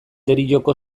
derioko